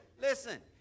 Listen